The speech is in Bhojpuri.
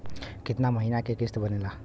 कितना महीना के किस्त बनेगा?